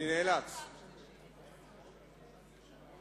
אתה תעמוד במכתב הזה, כן או לא.